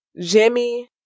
Jimmy